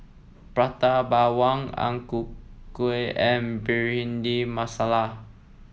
Prata Bawang Ang Ku Kueh and Bhindi Masala